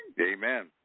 Amen